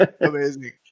Amazing